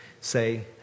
say